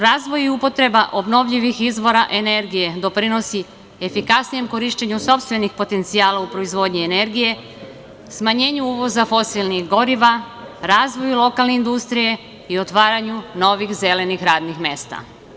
Razvoj i upotreba obnovljivih izvora energije doprinosi efikasnijem korišćenju sopstvenih potencijala u proizvodnji energije, smanjenju uvoza fosilnih goriva, razvoju lokalne industrije i otvaranju novih zelenih radnih mesta.